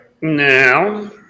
Now